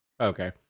okay